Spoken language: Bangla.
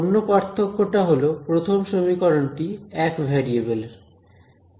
অন্য পার্থক্যটা হলো প্রথম সমীকরণটি 1 ভ্যারিয়েবেল এর